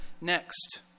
next